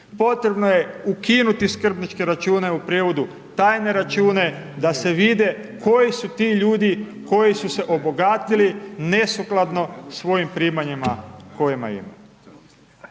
Potrebno je ukinuti skrbničke račune, u prijevodu tajne račune, da se vide koji su ti ljudi, koji su se obogatili nesukladno svojim primanjima koje imaju.